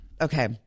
Okay